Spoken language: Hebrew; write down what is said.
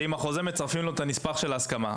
ועם החוזה מצרפים לו את נספח ההסכמה.